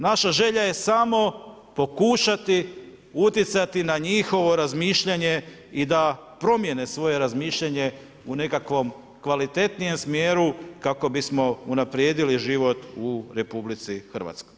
Naša želja je samo pokušati utjecati na njihovo razmišljanje i da promijene svoje razmišljanje u nekakvom kvalitetnijem smjeru kako bismo unaprijedili život u RH.